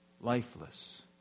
Lifeless